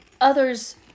others